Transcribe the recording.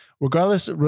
regardless